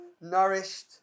nourished